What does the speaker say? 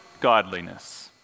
Godliness